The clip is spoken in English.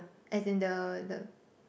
as in the the